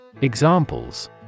Examples